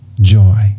joy